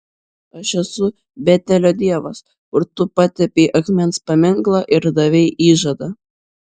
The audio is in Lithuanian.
aš esu betelio dievas kur tu patepei akmens paminklą ir davei įžadą